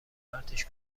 پرتش